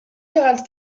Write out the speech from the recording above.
gegants